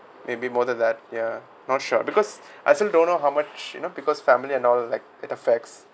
maybe more than that ya not sure because I still don't know how much you know because family and all like it affects